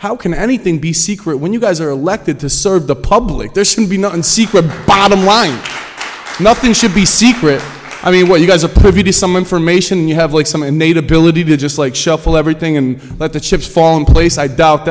how can anything be secret when you guys are elected to serve the public there should be no in secret bottom line nothing should be secret i mean what you guys are privy to some information you have some innate ability to just like shuffle everything and let the chips fall in place i doubt